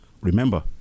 Remember